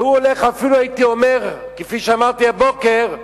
והוא הולך אפילו הייתי אומר, כפי שאמרתי הבוקר,